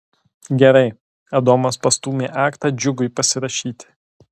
gerai adomas pastūmė aktą džiugui pasirašyti